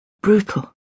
Brutal